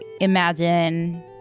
imagine